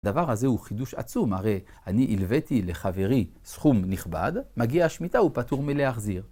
דבר הזה הוא חידוש עצום, הרי אני הלוויתי לחברי סכום נכבד, מגיעה השמיטה הוא פטור מלא אחזיר.